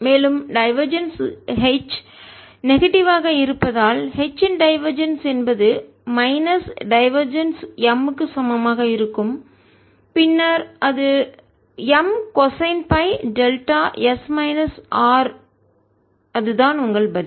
மேலும் divergence H negative எதிர்மறை யாக இருப்பதால் H இன் டைவர்ஜென்ஸ் என்பது மைனஸ் டைவர்ஜென்ஸ் M க்கு சமமாக இருக்கும் பின்னர் இது M cosine delta S minus R அது தான் உங்கள் பதில்